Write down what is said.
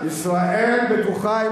ישראל בטוחה,